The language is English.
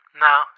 No